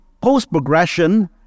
post-progression